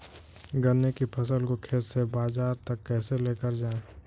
गन्ने की फसल को खेत से बाजार तक कैसे लेकर जाएँ?